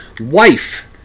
Wife